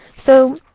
so,